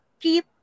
keep